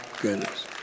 goodness